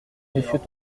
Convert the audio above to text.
monsieur